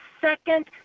second